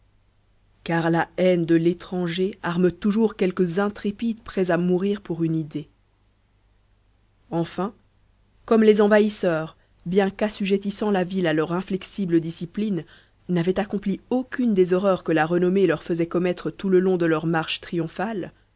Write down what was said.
car la haine de l'étranger arme toujours quelques intrépides prêts à mourir pour une idée enfin comme les envahisseurs bien qu'assujétissant la ville à leur inflexible discipline n'avaient accompli aucune des horreurs que la renommée leur faisait commettre tout le long de leur marche triomphale